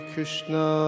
Krishna